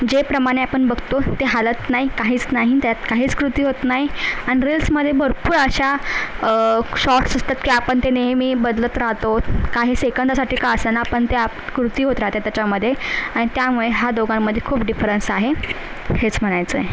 जे प्रमाणे आपण बघतो ते हलत नाही काहीच नाही त्यात काहीच कृती होत नाही आणि रिल्समधे भरपूर अशा शॉट्स असतात की आपण ते नेहमी बदलत राहतो काही सेकंदासाठी का असेना पण ते आप कृती होत राहते त्याच्यामधे आणि त्यामुळे ह्या दोघांमधे खूप डिफरन्स आहे हेच म्हणायचं आहे